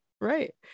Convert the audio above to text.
Right